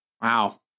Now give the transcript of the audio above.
Wow